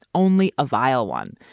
only a vile one.